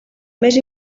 més